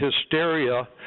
hysteria